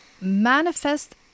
Manifest